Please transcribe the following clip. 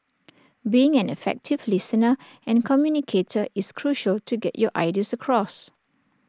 being an effective listener and communicator is crucial to get your ideas across